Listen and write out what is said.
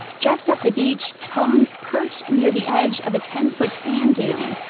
just up the beach, homes perch near the edge of a ten foot sand dune,